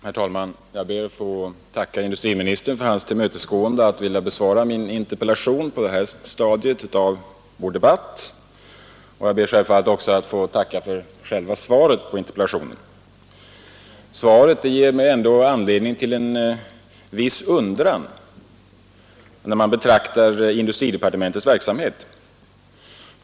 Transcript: Herr talman! Jag ber att få tacka industriministern för hans tillmötesgående att vilja besvara min interpellation på det här stadiet av debatten. Jag ber också att få tacka för själva svaret på interpellationen. Svaret ger mig ändå anledning till en viss undran när man betraktar industridepartementets verksamhet.